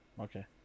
Okay